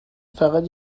فقط